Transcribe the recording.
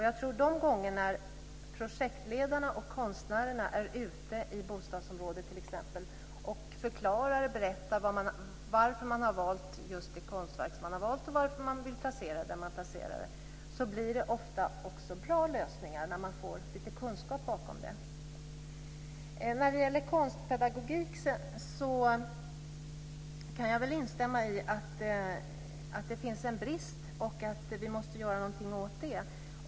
Jag tror att de gånger då projektledarna och konstnärerna är ute i bostadsområdet och förklarar varför man har valt just det konstverk man har valt och varför man vill placera det där man placerar det blir det ofta bra lösningar. Man får lite kunskap bakom det. När det gäller konstpedagogik kan jag instämma i att det finns brister och att vi måste göra något åt det.